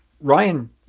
Ryan